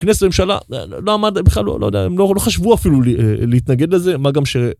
כנסת הממשלה לא עמד בכלל, לא יודע, הם לא חשבו אפילו להתנגד לזה, מה גם ש...